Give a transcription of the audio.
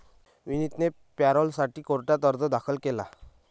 विनीतने पॅरोलसाठी कोर्टात अर्ज दाखल केला